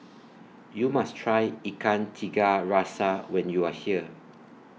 YOU must Try Ikan Tiga Rasa when YOU Are here